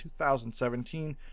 2017